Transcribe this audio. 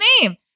name